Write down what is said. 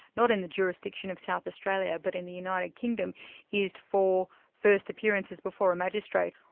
not in the jurisdiction of south australia, but in the united kingdom is for first appearances before a magistrate.